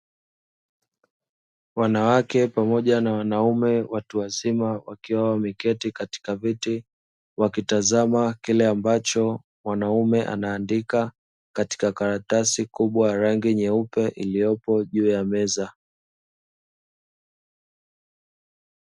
Wanawake pamoja na wanaume watu wazima wakiwa wameketi katika viti wakitazama kile ambacho mwanaume anaandika katika karatasi kubwa ya rangi nyeupe iliyopo juu ya meza.